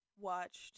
watched